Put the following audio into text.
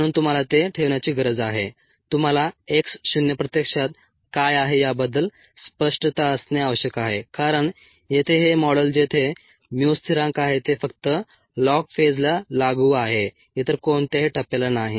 म्हणून तुम्हाला ते ठेवण्याची गरज आहे तुम्हाला x शून्य प्रत्यक्षात काय आहे याबद्दल स्पष्टता असणे आवश्यक आहे कारण येथे हे मॉडेल जेथे mu स्थिरांक आहे ते फक्त लॉग फेजला लागू आहे इतर कोणत्याही टप्प्याला नाही